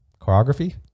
choreography